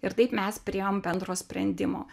ir taip mes priėjom bendro sprendimo